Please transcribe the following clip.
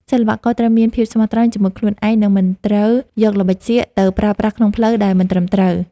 សិល្បករត្រូវមានភាពស្មោះត្រង់ជាមួយខ្លួនឯង និង មិនត្រូវយកល្បិចសៀកទៅប្រើប្រាស់ក្នុងផ្លូវដែលមិនត្រឹមត្រូវ។